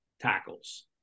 tackles